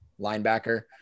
linebacker